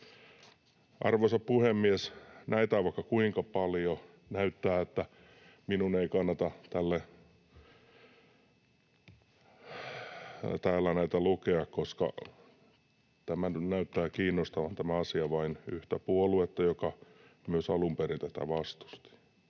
Arvoisa puhemies! Näitä on vaikka kuinka paljon näyttää, mutta minun ei kannata täällä näitä lukea, koska tämä asia näyttää kiinnostavan vain yhtä puoluetta, joka myös alun perin tätä vastusti.